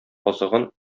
азыгын